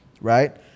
Right